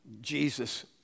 Jesus